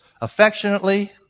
affectionately